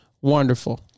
wonderful